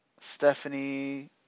Stephanie